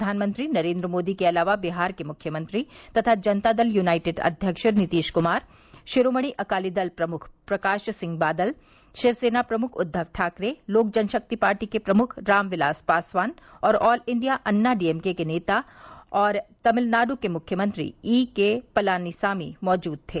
प्रधानमंत्री नरेंद्र मोदी के अलावा बिहार के मुख्यमंत्री तथा जनता दल यूनाइटेड अध्यक्ष नीतीश कुमार शिरोमणि अकाली दल प्रमुख प्रकाश सिंह बादल शिव सेना प्रमुख उद्दव ठाकरे लोकजनशक्ति पार्टी के प्रमुख रामविलास पासवान और all India Anna D M K नेता और तमिलनाडु के मुख्यमंत्री ई के पलानीसामी बैठक में मौजूद थे